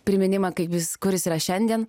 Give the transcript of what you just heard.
priminimą kaip jis kur jis yra šiandien